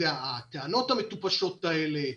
הטענות המטופשות האלה,